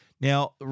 Now